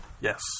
yes